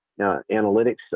analytics